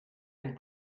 and